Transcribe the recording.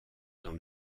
dans